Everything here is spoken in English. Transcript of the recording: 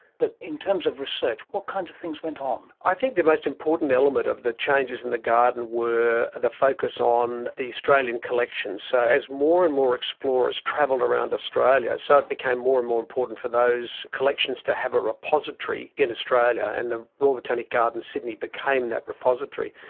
but in terms of research what kind of things went on? i think the most important element of the changes in the garden were the focus on the australian collections. so as more and more explorers travelled around australia, so it became more and more important for those collections to have a repository in australia, and the royal botanic gardens sydney became that repository.